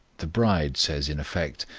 the bride says in effect,